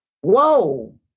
whoa